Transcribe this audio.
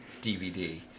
DVD